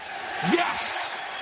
Yes